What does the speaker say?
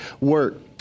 work